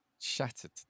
shattered